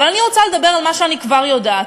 אבל אני רוצה לדבר על מה שאני כבר יודעת,